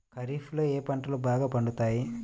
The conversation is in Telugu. ఖరీఫ్లో ఏ పంటలు బాగా పండుతాయి?